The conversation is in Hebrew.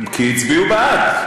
כי הצביעו בעד,